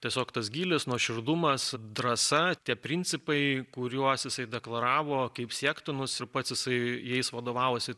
tiesiog tas gylis nuoširdumas drąsa tie principai kuriuos jisai deklaravo kaip siektinus ir pats jisai jais vadovavosi